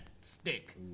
stick